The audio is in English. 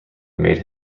made